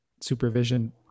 supervision